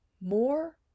more